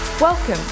Welcome